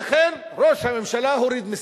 אכן, ראש הממשלה הוריד מסים.